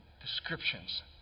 descriptions